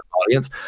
audience